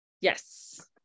Yes